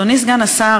אדוני סגן השר,